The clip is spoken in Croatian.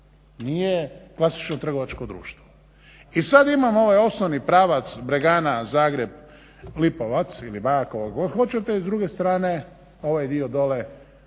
razumije se./… trgovačko društvo, i sad imamo ovaj osnovni pravac Bregana, Zagreb, Lipovac ili Biokovo, kako god hoćete, i s druge strane ovaj dio dole